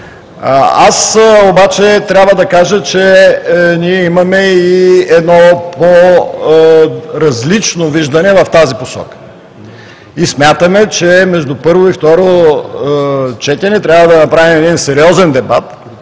Аз обаче трябва да кажа, че ние имаме и едно по-различно виждане в тази посока и смятаме, че между първо и второ четене трябва да направим сериозен,